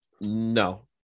No